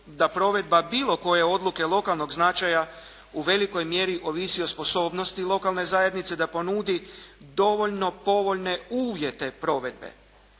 da provedba bilo koje odluke lokalnog značaja u velikoj mjeri ovisi o sposobnosti lokalne zajednice da ponudi dovoljno povoljne uvjete provedbe.